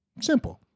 Simple